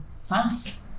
fast